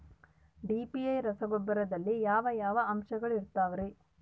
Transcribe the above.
DAP ರಸಗೊಬ್ಬರದಲ್ಲಿ ಯಾವ ಯಾವ ಅಂಶಗಳಿರುತ್ತವರಿ?